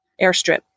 airstrip